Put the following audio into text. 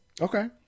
Okay